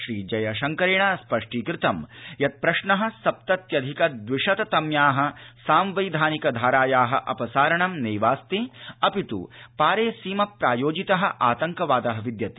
श्रीजयशंकरेण स्पष्टीकृतं यत् प्रश्न सप्तत्यधिक द्विशत तम्या सांवैधानिक धाराया अपसारणं नैवास्ति अपि तू पारेसीम प्रायोजित आतंकवाद विद्यते